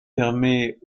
permet